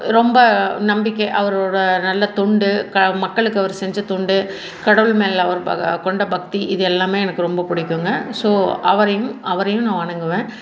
ரொம்ப நம்பிக்கை அவரோட நல்ல தொண்டு மக்களுக்கு அவர் செஞ்ச தொண்டு கடவுள் மேலே அவர் கொண்ட பக்தி இது எல்லாமே எனக்கு ரொம்ப பிடிக்கும்ங்க ஸோ அவரையும் அவரையும் நான் வணங்குவேன்